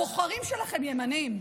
הבוחרים שלכם ימנים.